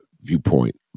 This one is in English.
viewpoint